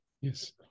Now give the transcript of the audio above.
Yes